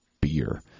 beer